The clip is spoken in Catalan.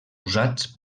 usats